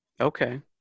okay